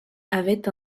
avaient